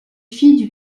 fille